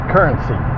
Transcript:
Currency